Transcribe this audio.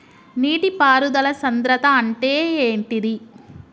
నీటి పారుదల సంద్రతా అంటే ఏంటిది?